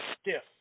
stiff